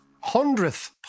hundredth